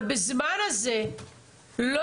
אבל בזמן הזה לא